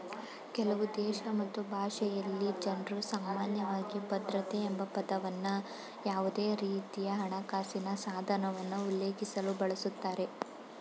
ಕೆಲವುದೇಶ ಮತ್ತು ಭಾಷೆಯಲ್ಲಿ ಜನ್ರುಸಾಮಾನ್ಯವಾಗಿ ಭದ್ರತೆ ಎಂಬಪದವನ್ನ ಯಾವುದೇರೀತಿಯಹಣಕಾಸಿನ ಸಾಧನವನ್ನ ಉಲ್ಲೇಖಿಸಲು ಬಳಸುತ್ತಾರೆ